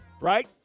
right